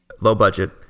low-budget